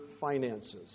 finances